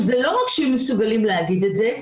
זה לא רק שהם מסוגלים להגיד את זה,